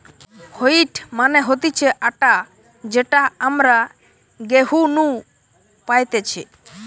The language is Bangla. হোইট মানে হতিছে আটা যেটা আমরা গেহু নু পাইতেছে